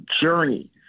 journey